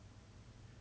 oh ya